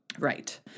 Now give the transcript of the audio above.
Right